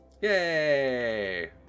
Yay